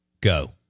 go